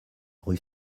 rue